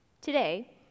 Today